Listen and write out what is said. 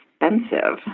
expensive